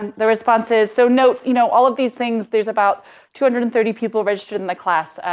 and the responses, so note, you know, all of these things there's about two hundred and thirty people registered in the class.